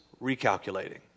recalculating